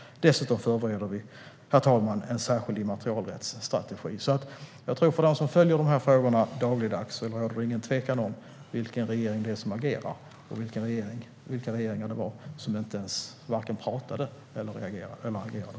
Dessutom förbereder vi, herr talman, en särskild immaterialrättsstrategi. För dem som följer de här frågorna dagligdags tror jag därför inte att det råder någon tvekan om vilken regering det är som agerar och vilka regeringar det var som varken pratade eller agerade.